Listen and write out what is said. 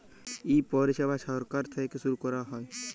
ই পরিছেবা ছরকার থ্যাইকে ছুরু ক্যরা হ্যয়